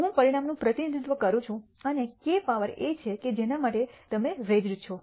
હું પરિણામનું પ્રતિનિધિત્વ કરું છું અને k પાવર એ છે કે જેના માટે તમે રેજ઼્ડ છો